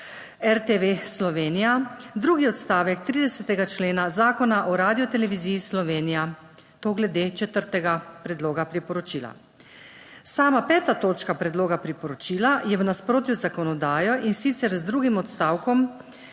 RTV Slovenija drugi odstavek 30. člena Zakona o Radioteleviziji Slovenija; toliko glede četrtega predloga priporočila. Peta točka predloga priporočila je v nasprotju z zakonodajo, in sicer z drugim odstavkom